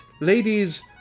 ladies